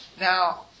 Now